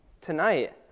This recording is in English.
tonight